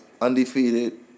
Undefeated